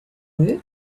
work